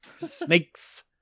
Snakes